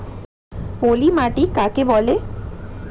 পলি মাটি কাকে বলে?